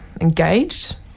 engaged